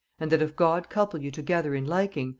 and that if god couple you together in liking,